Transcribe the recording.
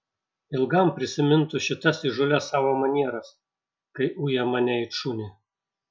ilgam prisimintų šitas įžūlias savo manieras kai uja mane it šunį